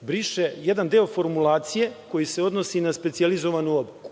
briše jedan deo formulacije koji se odnosi na specijalizovanu obuku.